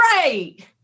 Great